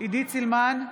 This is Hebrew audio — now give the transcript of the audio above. עידית סילמן,